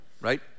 right